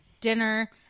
dinner